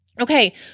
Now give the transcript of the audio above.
Okay